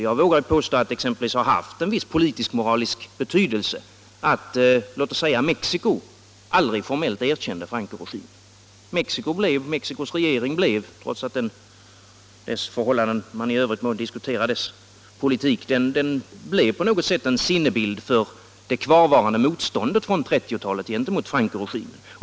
Jag vågar påstå att det exempelvis har haft en viss politisk-moralisk betydelse att Mexico aldrig formellt erkände Francoregimen. Mexicos regering blev, trots att man i övrigt må diskutera dess politik, på något sätt en sinnebild för det kvarvarande motståndet Nr 22 från 1930-talet gentemot Francoregimen.